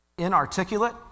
inarticulate